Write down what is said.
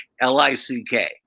L-I-C-K